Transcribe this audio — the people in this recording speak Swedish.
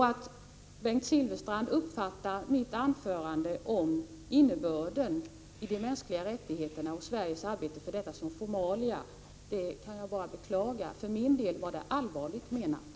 Att Bengt Silfverstrand uppfattar mitt anförande om innebörden i de mänskliga rättigheterna och Sveriges arbete för dessa som formalia kan jag bara beklaga. För min del var det allvarligt menat.